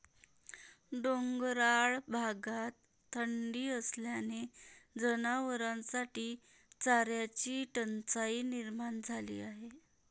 डोंगराळ भागात थंडी असल्याने जनावरांसाठी चाऱ्याची टंचाई निर्माण झाली आहे